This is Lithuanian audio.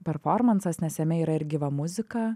performansas nes jame yra ir gyva muzika